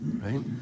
Right